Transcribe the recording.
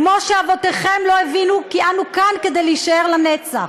כמו שאבותיכם לא הבינו כי אנו כאן כדי להישאר לנצח.